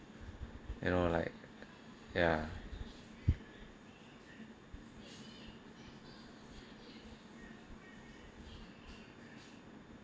you know like ya